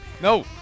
No